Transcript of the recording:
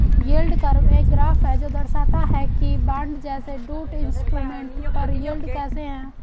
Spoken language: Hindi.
यील्ड कर्व एक ग्राफ है जो दर्शाता है कि बॉन्ड जैसे डेट इंस्ट्रूमेंट पर यील्ड कैसे है